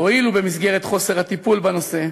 והואיל ובמסגרת חוסר הטיפול בנושא,